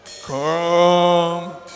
come